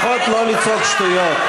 לפחות לא לצעוק שטויות.